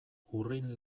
urrin